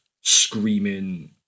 screaming